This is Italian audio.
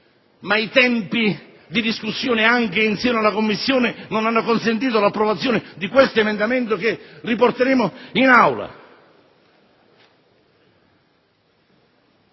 ma i tempi della discussione in seno alla Commissione non hanno consentito l'approvazione di questo emendamento, che ripresenteremo in Aula.